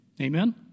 Amen